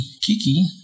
Kiki